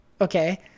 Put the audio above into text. Okay